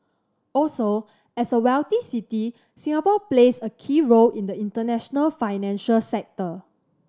also as a wealthy city Singapore plays a key role in the international financial sector